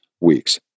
week's